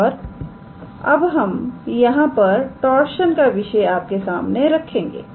और अब हम यहां पर टॉर्शन का विषय आपके सामने रखेंगे